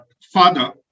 father